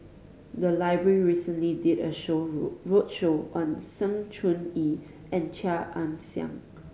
the library recently did a show road roadshow on Sng Choon Yee and Chia Ann Siang